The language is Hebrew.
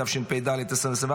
התשפ"ד 2024,